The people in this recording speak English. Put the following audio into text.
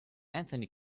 anthony